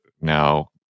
now